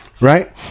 right